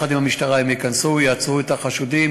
ויחד עם המשטרה הם ייכנסו, יעצרו את החשודים.